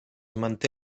manté